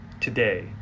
today